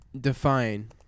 define